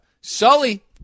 Sully